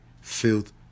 filth